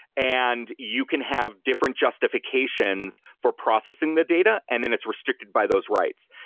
and you can have different justifications for processing the data and then it's restricted by those rights.